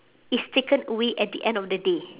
is taken away at the end of the day